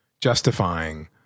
justifying